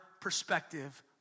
perspective